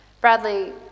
Bradley